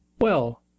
Well